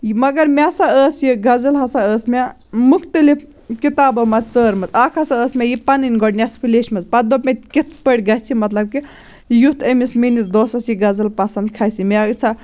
مگر مےٚ ہَسا ٲس یہِ غزل ہَسا ٲس مےٚ مُختلِف کِتابو منٛز ژٲرمٕژ اَکھ ہَسا ٲس مےٚ یہِ پَنٕنۍ گۄڈ نٮ۪صفہٕ لیٚچھمٕژ پَتہٕ دوٚپ مےٚ کِتھ پٲٹھۍ گَژھِ یہِ مطلب کہِ یُتھ أمِس میٛانِس دوسَس یہِ غزل پَسنٛد کھَسہِ مےٚ سا